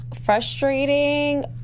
Frustrating